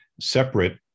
separate